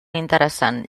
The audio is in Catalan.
interessant